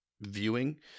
viewing